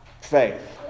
faith